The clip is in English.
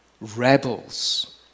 rebels